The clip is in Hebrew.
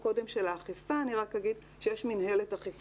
עובד רשות מקומית שהוסמך לפי סעיף 3(א) לחוק הרשויות המקומיות (אכיפה